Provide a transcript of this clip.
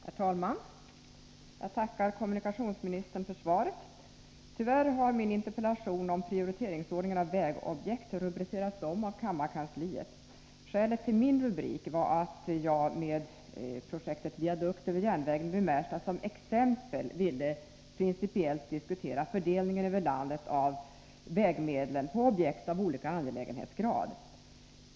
Herr talman! Jag tackar kommunikationsministern för svaret. Tyvärr har min interpellation om ”prioriteringsordningen av vägobjekt” fubricerats om av kammarkansliet. Skälet till min rubrik var att jag med projektet viadukt över järnvägen vid Märsta som exempel ville principiellt diskutera fördelningen över landet av vägmedlen på objekt av olika angelägenhetsgrad.